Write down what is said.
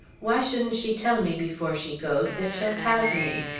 why shouldn't she tell me before she goes that she'll have me?